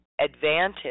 advantage